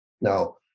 Now